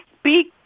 speak